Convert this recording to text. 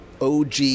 OG